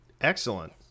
Excellent